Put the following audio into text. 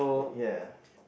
ya